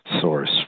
source